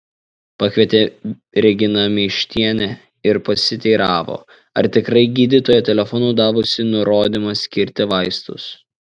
pakvietė reginą meištienę ir pasiteiravo ar tikrai gydytoja telefonu davusi nurodymą skirti vaistus